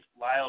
Lyle